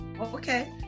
Okay